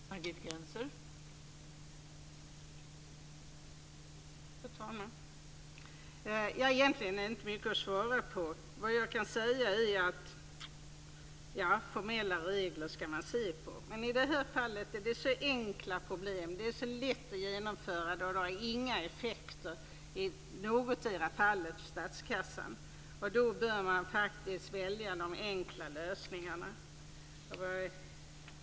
Fru talman! Det är egentligen inte mycket att svara på. Vad jag kan säga är att man skall se på formella regler. Men i det här fallet är det så enkla problem. Det är så lätt att genomföra det, och det har inga effekter för statskassan i någondera fallet. Då bör man faktiskt välja de enkla lösningarna.